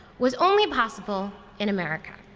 was only possible in america.